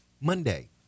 Monday